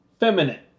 Feminine